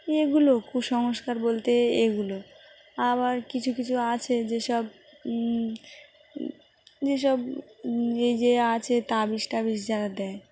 এগুলো কুসংস্কার বলতে এগুলো আবার কিছু কিছু আছে যেসব যেসব এই যে আছে তাবিজ টাবজ যারা দেয়